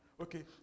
Okay